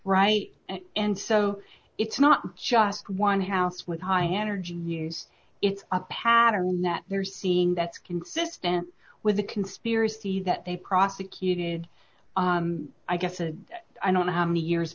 right and so it's not just one house with high energy news it's a pattern that you're seeing that's consistent with the conspiracy that they prosecuted i guess and i don't know how many years